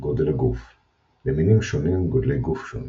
גודל הגוף – למינים שונים גודלי גוף שונים,